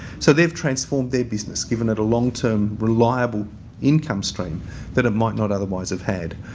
so, they have transformed their business giving it a long term reliable income stream that it might not otherwise have had.